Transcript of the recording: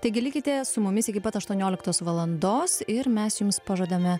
taigi likite su mumis iki pat aštuonioliktos valandos ir mes jums pažadame